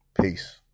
Peace